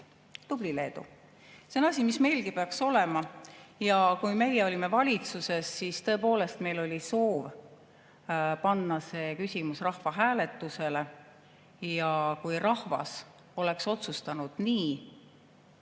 Tubli, Leedu! See on asi, mis meilgi peaks olema. Kui meie olime valitsuses, siis tõepoolest meil oli soov panna see küsimus rahvahääletusele. Ja kui rahvas oleks otsustanud nii,